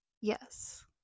Yes